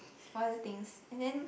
what other things and then